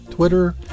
Twitter